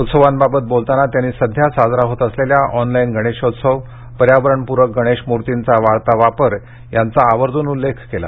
उत्सवांबाबत बोलताना त्यांनी सध्या साजरा होत असलेला ऑनलाइन गणेशोत्सव पर्यावरणप्रक गणेशमूर्तींचा वाढता वापर याचा आवर्जून उल्लेख केला